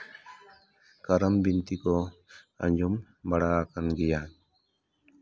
ᱠᱟᱨᱟᱢ ᱵᱤᱱᱛᱤ ᱠᱚ ᱟᱸᱡᱚᱢ ᱵᱟᱲᱟ ᱟᱠᱟᱱ ᱜᱮᱭᱟ